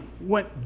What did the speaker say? went